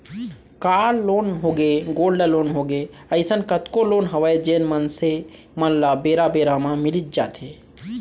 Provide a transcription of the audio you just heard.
car loan होगे, gold loan होगे, अइसन कतको लोन हवय जेन मनसे मन ल बेरा बेरा म मिलीच जाथे